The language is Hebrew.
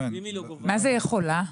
מה זה יכולה?